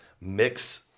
mix